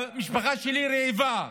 המשפחה שלי רעבה.